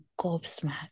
gobsmacked